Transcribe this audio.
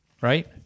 right